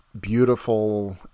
beautiful